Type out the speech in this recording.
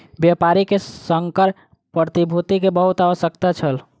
व्यापारी के संकर प्रतिभूति के बहुत आवश्यकता छल